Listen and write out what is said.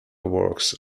works